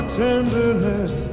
tenderness